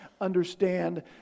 understand